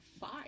five